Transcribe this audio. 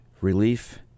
relief